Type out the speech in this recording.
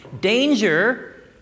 Danger